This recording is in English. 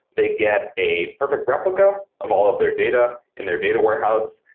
they get a perfect replica of all of their data in their data warehouse.